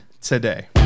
today